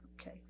Okay